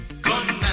Gunman